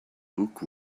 book